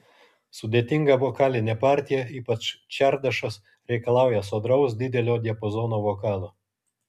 sudėtinga vokalinė partija ypač čardašas reikalauja sodraus didelio diapazono vokalo